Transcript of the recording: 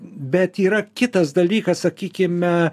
bet yra kitas dalykas sakykime